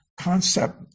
concept